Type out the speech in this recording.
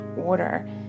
order